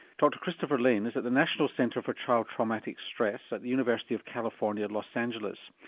dr christopher layne is at the national center for child traumatic stress at the university of california los angeles.